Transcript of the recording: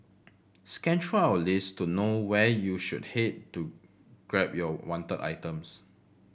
scan through our list to know where you should head to grab your wanted items